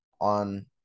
on